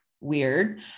weird